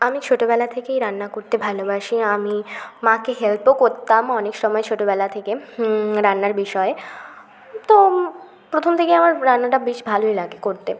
আমি ছোটবেলা থেকেই রান্না করতে ভালোবাসি আমি মাকে হেল্পও করতাম অনেক সময় ছোটবেলা থেকে রান্নার বিষয়ে তো প্রথম থেকে আমার রান্নাটা বেশ ভালোই লাগে করতে